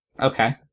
Okay